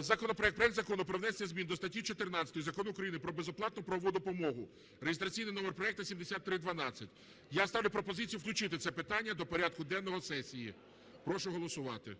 законопроект… проект Закону про внесення змін до статті 14 Закону України "Про безоплатну правову допомогу" (реєстраційний номер проекту 7312) я ставлю пропозицію включити це питання до порядку денного сесії. Прошу голосувати.